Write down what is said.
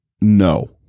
no